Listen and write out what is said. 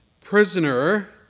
prisoner